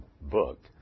book